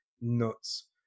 Nuts